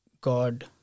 god